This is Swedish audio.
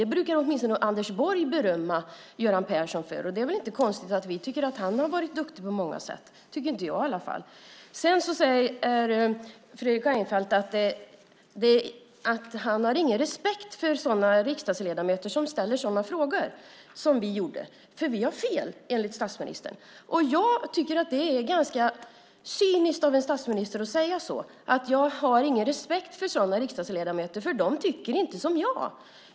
Det brukar åtminstone Anders Borg berömma Göran Persson för. Det är väl inte konstigt att vi tycker att han har varit duktig på många sätt. Det tycker i alla fall inte jag. Sedan säger Fredrik Reinfeldt att han inte har någon respekt för riksdagsledamöter som ställer sådana frågor som vi gjorde. Vi har nämligen fel, enligt statsministern. Jag tycker att det är ganska cyniskt av en statsminister att säga så, att han inte har någon respekt för sådana riksdagsledamöter för att de inte tycker som han.